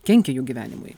kenkia jų gyvenimui